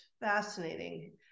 fascinating